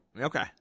Okay